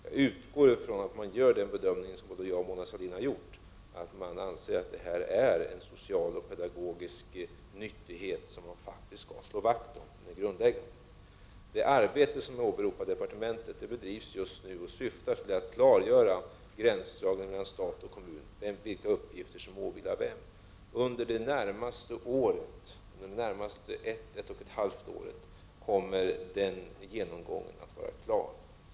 Jag utgår från att kommunerna gör den bedömningen som både jag och Mona Sahlin har gjort, nämligen att de anser att detta är en grundläggande social och pedagogisk nyttighet som man skall slå vakt om. Det arbete i departementet som jag åberopade bedrivs just nu och syftar till att det skall bli möjligt att göra en gränsdragning mellan vilka uppgifter som åvilar staten och vilka som åvilar kommunerna. Under de närmaste 18 månaderna kommer den genomgången att bli klar.